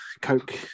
Coke